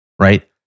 right